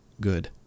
good